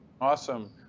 Awesome